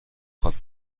خواد